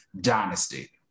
dynasty